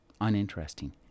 uninteresting